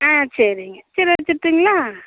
ஆ சரிங்க சரி வச்சுட்டுங்களா